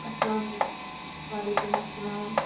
اَسلامُ علیکُم وعلیکُم اَسلام